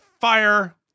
fire